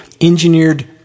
engineered